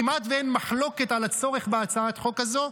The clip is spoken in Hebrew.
כמעט אין מחלוקת על הצורך בהצעת החוק הזו.